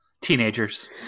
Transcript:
Teenagers